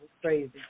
crazy